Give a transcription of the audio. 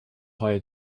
higher